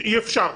שאי אפשר,